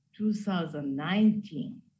2019